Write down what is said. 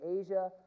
Asia